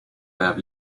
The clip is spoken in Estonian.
peab